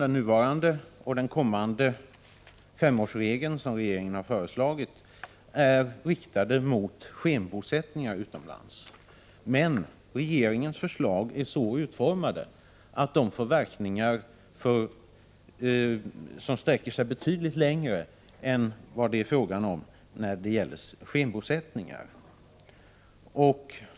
Den nuvarande treårsregeln och den kommande femårsregel som regeringen har föreslagit är riktade mot skenbosättningar utomlands, men regeringens förslag är så utformat att det får verkningar som sträcker sig betydligt längre än vad som är motiverat för att hindra skenbosättningar.